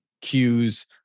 cues